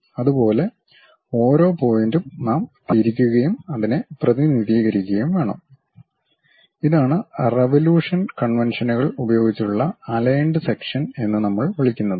അതുപോലെ ഓരോ പോയിന്റും നാം തിരിക്കുകയും അതിനെ പ്രതിനിധീകരിക്കുകയും വേണം ഇതാണ് റവലൂഷൻ കൺവെൻഷനുകൾ ഉപയോഗിച്ചുള്ള അലൈൻഡ് സെക്ഷൻ എന്ന് നമ്മൾ വിളിക്കുന്നത്